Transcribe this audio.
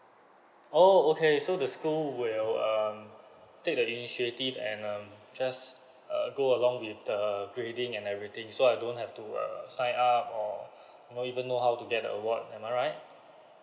oh okay so the school will um take the initiative and um just err go along with the grading and everything so I don't have to uh sign up or you know even know how to get the award am I right